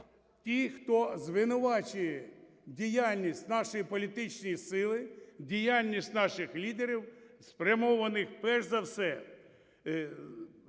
Ті, хто звинувачує діяльність нашої політичної сили, діяльність наших лідерів, спрямовані перш за все